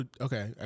Okay